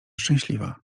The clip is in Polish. szczęśliwa